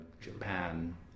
Japan